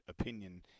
opinion